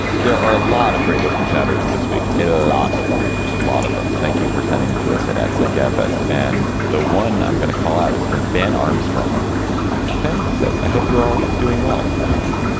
there are a lot of great listener chapters this week. and a lot of them. a lot of them. thank you for sending them to us at that slate gabfest. and the one i'm going to call out is from ben armstrong ben says, i hope you're all doing well, which is nice.